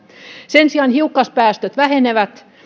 sen sijaan hiukkaspäästöt vähenevät